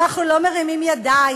אנחנו לא מרימים ידיים.